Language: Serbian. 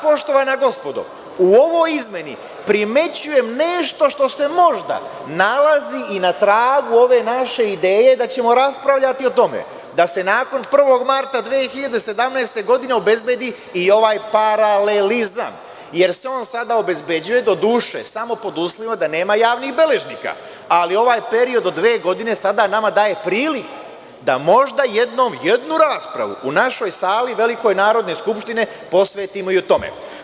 Poštovana gospodo, u ovoj izmeni primećujem nešto što se možda nalazi i na tragu ove naše ideje da ćemo raspravljati o tome da se nakon 1. marta 2017. godine obezbedi i ovaj paralelizam, jer se on sada obezbeđuje, doduše, samo pod uslovima da nema javnih beležnika, ali ovaj period od dve godine sada nama daje priliku da možda jednom jednu raspravu u našoj Velikoj sali Narodne skupštine posvetimo tome.